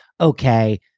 okay